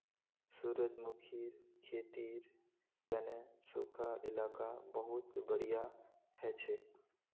सूरजमुखीर खेतीर तने सुखा इलाका बहुत बढ़िया हछेक